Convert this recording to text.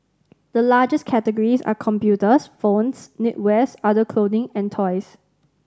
the largest categories are computers phones knitwear other clothing and toys